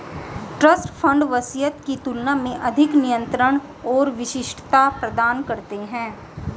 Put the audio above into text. trust fund वसीयत की तुलना में अधिक नियंत्रण और विशिष्टता प्रदान करते हैं